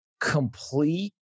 complete